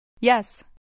Yes